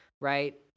right